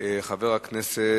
הצעות